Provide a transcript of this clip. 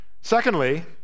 Secondly